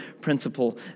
principle